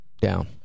Down